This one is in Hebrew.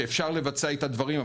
שאפשר לבצע איתה דברים,